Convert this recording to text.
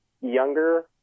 younger